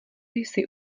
jsi